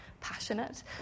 passionate